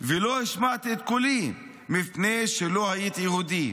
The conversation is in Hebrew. / ולא השמעתי את קולי, מפני שלא הייתי יהודי,